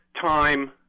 time